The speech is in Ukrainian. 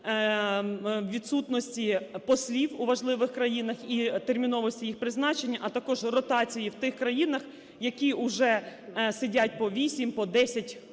відсутності послів у важливих країнах і терміновості їх призначення, а також ротації в тих країнах, які уже сидять по 8, по